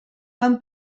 fan